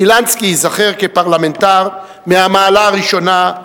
שילנסקי ייזכר כפרלמנטר מהמעלה הראשונה,